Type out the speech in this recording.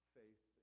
faith